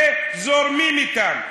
וזורמים אתם.